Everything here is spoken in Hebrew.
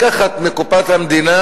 לקחת מקופת המדינה,